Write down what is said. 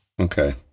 Okay